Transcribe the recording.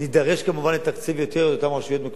כמובן לתקציב יותר גדול גם לרשויות המקומיות.